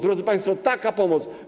Drodzy państwo, taka pomoc.